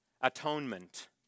Atonement